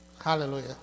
Hallelujah